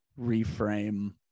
reframe